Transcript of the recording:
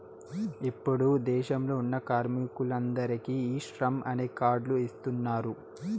ఇప్పుడు దేశంలో ఉన్న కార్మికులందరికీ ఈ శ్రమ్ అనే కార్డ్ లు ఇస్తున్నారు